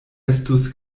estus